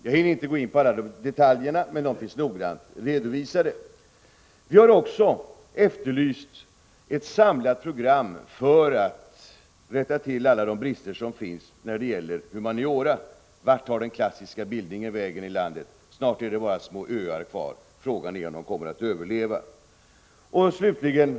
Jag hinner inte gå in på alla detaljerna, men dessa finns noggrant redovisade. Vi har också efterlyst ett samlat program för tillrättande av alla de brister som finns när det gäller humaniora. Vart tar den klassiska bildningen i landet vägen? Snart finns det bara små öar kvar. Frågan är om de kommer att överleva. Herr talman!